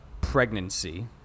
pregnancy